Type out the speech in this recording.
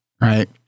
right